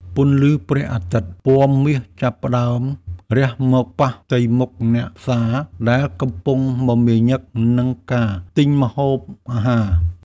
ពន្លឺព្រះអាទិត្យពណ៌មាសចាប់ផ្ដើមរះមកប៉ះផ្ទៃមុខអ្នកផ្សារដែលកំពុងមមាញឹកនឹងការទិញម្ហូបអាហារ។